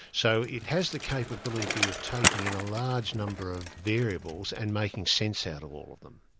so it has the capability of taking in a large number of variables and making sense out of all of them.